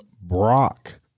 Brock